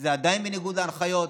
שזה עדיין בניגוד להנחיות,